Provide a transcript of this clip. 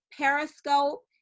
Periscope